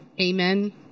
Amen